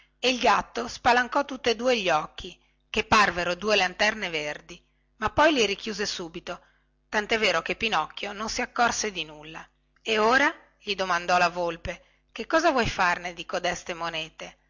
e il gatto spalancò tutte due gli occhi che parvero due lanterne verdi ma poi li richiuse subito tantè vero che pinocchio non si accorse di nulla e ora gli domandò la volpe che cosa vuoi farne di codeste monete